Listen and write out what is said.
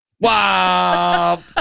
Wow